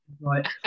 Right